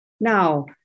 now